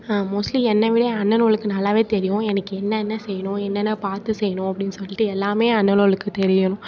mostly என்னை விட என் அண்ணனுவோளுக்கு தெரியும் எனக்கு என்னன்ன செய்யணும் என்னன்ன பார்த்து செய்யணும் அப்படினு சொல்லிட்டு எல்லாமே என் அண்ணனுவோளுக்கு தெரியும்